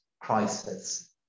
crisis